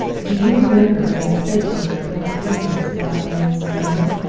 do you remember what i said to you at thorpe ambrose about allan's dream?